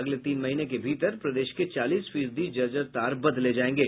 अगले तीन महीने के भीतर प्रदेश के चालीस फीसदी जर्जर तार बदले जायेंगे